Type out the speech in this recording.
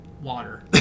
Water